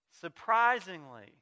Surprisingly